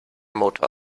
motor